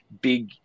big